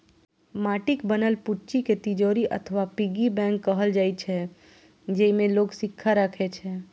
माटिक बनल फुच्ची कें तिजौरी अथवा पिग्गी बैंक कहल जाइ छै, जेइमे लोग सिक्का राखै छै